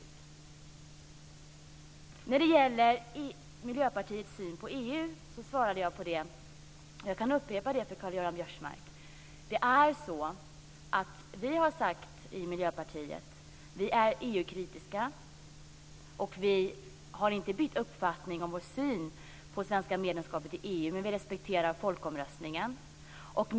Jag svarade på frågan om Miljöpartiets syn på EU, men jag kan upprepa det för Karl-Göran Biörsmark: Vi i Miljöpartiet har sagt att vi är EU-kritiska, och vi har inte bytt uppfattning i vår syn på det svenska medlemskapet i EU. Men vi respekterar folkomröstningen.